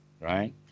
right